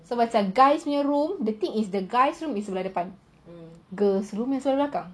so macam guys punya room this thing is the guys room is sebelah depan girls room sebelah belakang